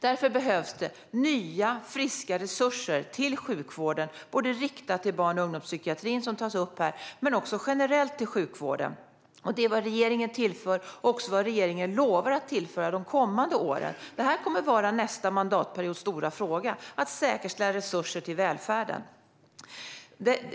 Det behövs därför nya friska resurser till sjukvården, riktade till barn och ungdomspsykiatrin, som togs upp här, men också till sjukvården generellt. Detta är vad regeringen tillför och också vad regeringen lovar att tillföra de kommande åren. Att säkerställa resurser till välfärden kommer att vara nästa mandatperiods stora fråga.